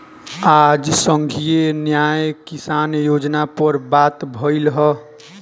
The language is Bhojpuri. आज संघीय न्याय किसान योजना पर बात भईल ह